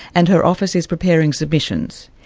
and her office is preparing submissions.